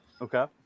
okay